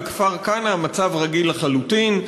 בכפר-כנא המצב רגיל לחלוטין,